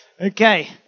Okay